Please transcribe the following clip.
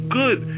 good